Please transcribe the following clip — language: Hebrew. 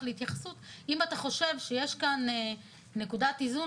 אבל אני אשמח להתייחסות אם אתה חושב שיש כאן נקודת איזון